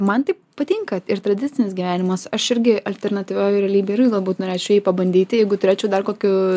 man tai patinka ir tradicinis gyvenimas aš irgi alternatyvioj realybėj irgi galbūt norėčiau jį pabandyti jeigu turėčiau dar kokių